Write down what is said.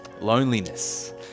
loneliness